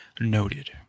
noted